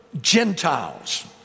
Gentiles